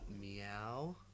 meow